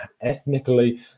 ethnically